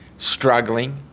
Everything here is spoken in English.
struggling,